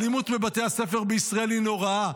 האלימות בבתי הספר בישראל היא נוראה.